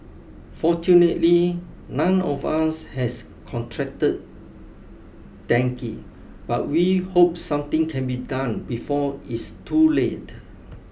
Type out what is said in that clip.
fortunately none of us has contracted dengue but we hope something can be done before it's too late